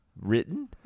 written